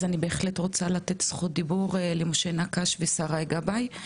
אז אני בהחלט רוצה לתת זכות דיבור למשה נקש ושריי גבאי,